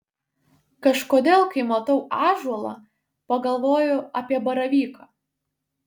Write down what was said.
kažkodėl kai matau ąžuolą pagalvoju apie baravyką